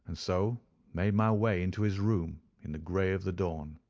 and so made my way into his room in the grey of the dawn.